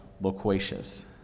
loquacious